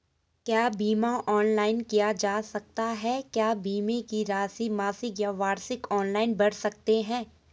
क्या बीमा ऑनलाइन किया जा सकता है क्या बीमे की राशि मासिक या वार्षिक ऑनलाइन भर सकते हैं?